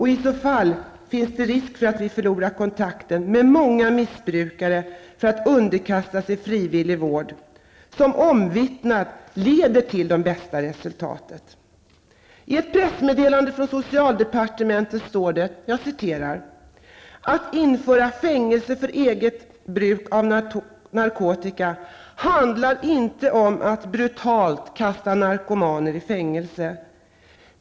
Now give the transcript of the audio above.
I så fall finns det risk för att vi förlorar kontakten med många missbrukare och därmed missar möjligheten att de underkastar sig frivillig vård, som omvittnat leder till det bästa resultatet. I ett pressmeddelande från socialdepartementet står det: ''Att införa fängelse för eget bruk av narkotika handlar inte om att brutalt kasta narkomaner i fängelse.